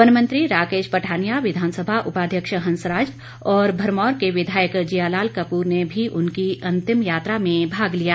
one मंत्री राकेश पठाानिया विधानसभा उपाध्यक्ष हंसराज और भरमौर के विधायक जियालाल कपूर ने भी उनकी अंतिम यात्रा में भाग लिया